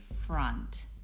front